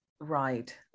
Right